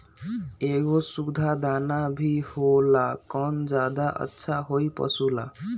एगो सुधा दाना भी होला कौन ज्यादा अच्छा होई पशु ला?